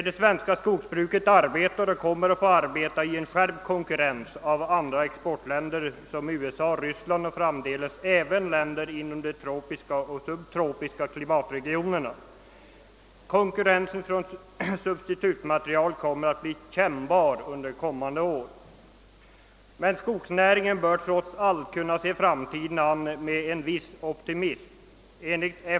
Det svenska skogsbruket arbetar och kommer att få arbeta i en stark konkurrens med andra exportländer såsom USA, Ryssland och framdeles även länder inom de tropiska och subtropiska klimatregionerna. Konkurrensen från substitutmaterial kommer att bli kännbar under kommande år. Men skogsnäringen bör trots allt kunna se framtiden an med en viss optimism.